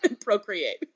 Procreate